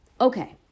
Okay